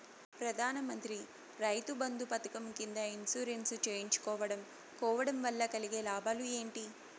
ప్రధాన మంత్రి రైతు బంధు పథకం కింద ఇన్సూరెన్సు చేయించుకోవడం కోవడం వల్ల కలిగే లాభాలు ఏంటి?